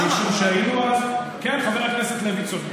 משום שהיינו אז, כן, חבר הכנסת לוי צודק.